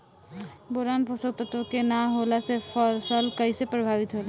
Boron पोषक तत्व के न होला से फसल कइसे प्रभावित होला?